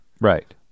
right